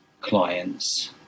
clients